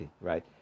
right